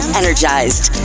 energized